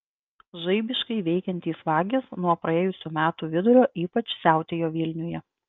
žaibiškai veikiantys vagys nuo praėjusių metų vidurio ypač siautėjo vilniuje